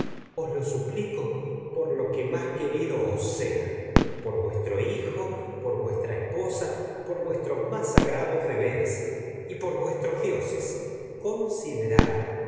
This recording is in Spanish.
os lo suplico que por lo más querido os sea por vuestro hijo por vuestra esposa por vuestros dioses más sagrados deberes y y por vuestros considerad